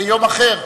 ביום אחר,